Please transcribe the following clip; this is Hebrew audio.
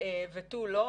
ותו לא.